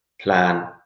plan